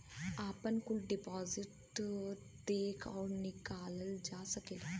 आपन कुल डिपाजिट देख अउर निकाल सकेला